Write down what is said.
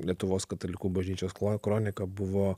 lietuvos katalikų bažnyčios kronika buvo